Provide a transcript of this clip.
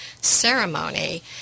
ceremony